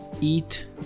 Eat